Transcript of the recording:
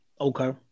Okay